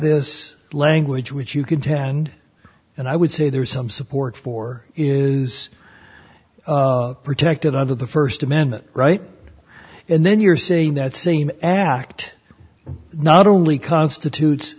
this language which you contend and i would say there is some support for is protected under the first amendment right and then you're saying that same act not only constitutes